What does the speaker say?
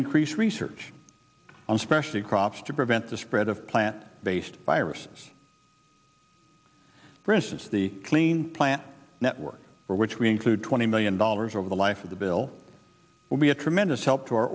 increase research on specially crops to prevent the spread of plant based viruses for instance the clean plant network for which we include twenty million dollars over the life of the bill will be a tremendous help to our